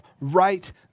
right